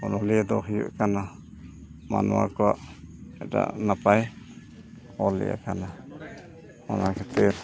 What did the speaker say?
ᱚᱱᱚᱞᱤᱭᱟᱹ ᱫᱚ ᱦᱩᱭᱩᱜ ᱠᱟᱱᱟ ᱢᱟᱱᱚᱣᱟ ᱠᱚᱣᱟᱜ ᱢᱤᱫᱴᱟᱜ ᱱᱟᱯᱟᱭ ᱚᱞ ᱤᱭᱟᱹ ᱠᱟᱱᱟ ᱚᱱᱟ ᱠᱷᱟᱹᱛᱤᱨ